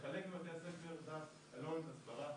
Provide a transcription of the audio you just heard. לחלק בבתי הספר עלון הסברה,